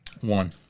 One